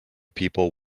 people